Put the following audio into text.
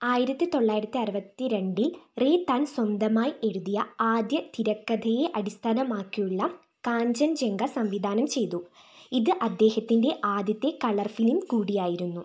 ആയിരത്തി തൊള്ളായിരത്തി അറുപത്തി രണ്ടിൽ റേ താൻ സ്വന്തമായി എഴുതിയ ആദ്യ തിരക്കഥയെ അടിസ്ഥാനമാക്കിയുള്ള കാഞ്ചൻജംഗ സംവിധാനം ചെയ്തു ഇത് അദ്ദേഹത്തിൻ്റെ ആദ്യത്തെ കളർ ഫിലിം കൂടിയായിരുന്നു